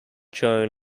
joan